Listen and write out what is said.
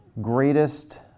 greatest